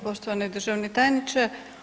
Poštovani državni tajniče.